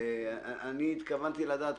התכוונתי לדעת,